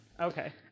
okay